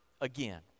again